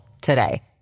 today